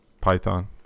Python